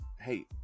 hey